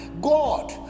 God